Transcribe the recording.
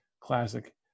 Classic